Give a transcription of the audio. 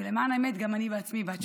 ולמען האמת גם אני בעצמי בת שירות.